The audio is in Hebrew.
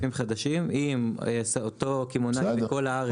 בסניפים חדשים אם אותו קמעונאי בכל הארץ --- בסדר,